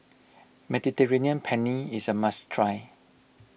Mediterranean Penne is a must try